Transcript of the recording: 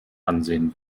ansehen